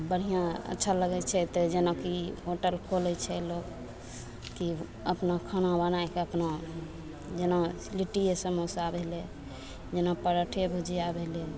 बढ़िआँ अच्छा लगय छै तऽ जेना की होटल खोलय छै लोग की अपना खाना बनायके अपना जेना लिट्टियेए समोसा भेलय जेना पराठे भुजिया भेलय